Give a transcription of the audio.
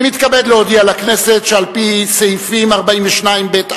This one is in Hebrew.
אני מתכבד להודיע לכנסת, שעל-פי סעיפים 42ב(א)